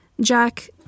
Jack